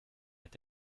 est